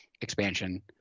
expansion